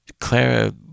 clara